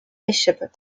bishop